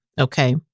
Okay